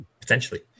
potentially